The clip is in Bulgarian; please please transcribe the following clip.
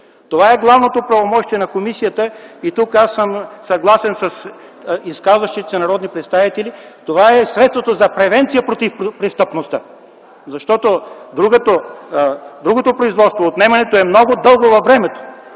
Това е главното правомощие на комисията. Тук съм съгласен с изказващите се народни представители – това е средството за превенция против престъпността, защото другото производство – отнемането, е много дълго във времето